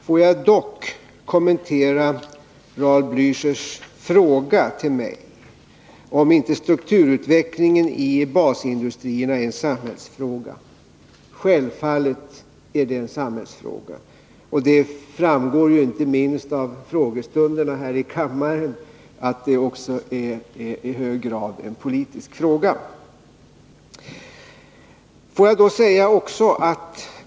Jag vill dock kommentera Raul Blichers fråga till mig, om inte strukturutvecklingen i basindustrierna är en samhällsfråga. Självfallet är detta en samhällsfråga, och det framgår inte minst av frågestunderna här i kammaren att det också i hög grad är en politisk fråga.